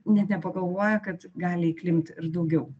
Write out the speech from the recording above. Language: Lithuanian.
net nepagalvoja kad gali įklimpt ir daugiau